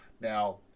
Now